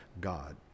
God